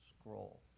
scroll